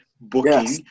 booking